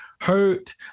hurt